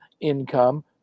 income